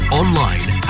online